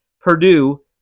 Purdue